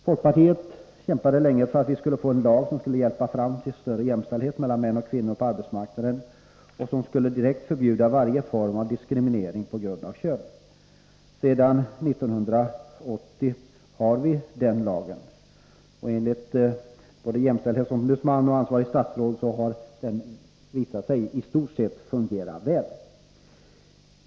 Folkpartiet kämpade länge för att vi skulle få en lag som skulle leda till större jämställdhet mellan män och kvinnor på arbetsmarknaden och som direkt skulle förbjuda varje form av diskriminering på grund av kön. Sedan 1980 har vi den lagen. Enligt både jämställdhetsombudsmannen och ansvarigt statsråd har den lagen i stort sett visat sig fungera väl.